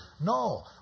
No